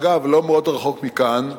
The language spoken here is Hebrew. אגב, לא מאוד רחוק מכאן,